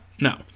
no